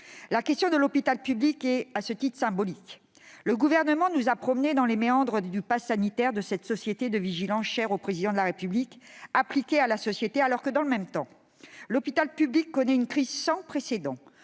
La question de l'hôpital public est à ce titre symbolique. Le Gouvernement nous promène dans les méandres du passe sanitaire, de cette société de vigilance chère au Président de la République, alors que, dans le même temps, l'hôpital public connaît une crise sans précédent,